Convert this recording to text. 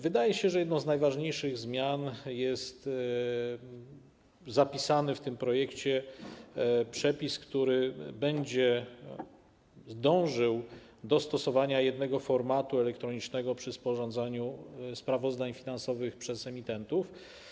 Wydaje się, że jedną z najważniejszych zmian jest zapisany w tym projekcie przepis, który będzie dążył do tego, aby stosować jeden format elektroniczny przy sporządzaniu sprawozdań finansowych przez emitentów.